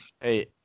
Hey